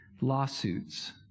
lawsuits